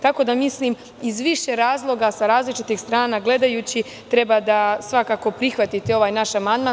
Tako da, mislim da iz više razloga, sa različitih strana gledajući, treba svakako da prihvatite ovaj naš amandman.